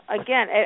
Again